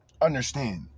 understand